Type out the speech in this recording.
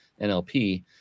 NLP